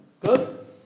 Good